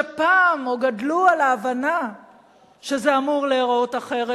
שפעם עוד גדלו על ההבנה שזה אמור להיראות אחרת,